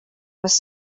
was